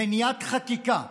חקיקה,